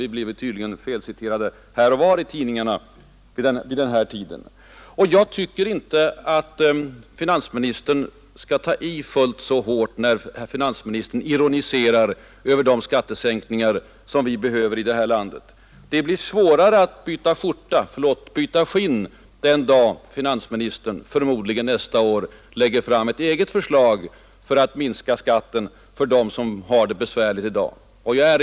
Vi blir tydligen felciterade här och var i tidningarna nu för tiden. Jag tycker inte att finansministern skall ta i fullt så hårt när herr finansministern ironiserar över de skattesänkningar som vi behöver i detta land. Det blir då svårare att byta skinn den dag finansministern — förmodligen nästa år — lägger fram ett eget förslag för att minska skatten för dem som har det besvärligt.